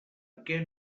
què